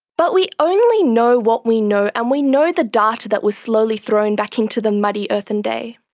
but we only know what we know, and we know the data that was slowly thrown back into the muddy earthen day.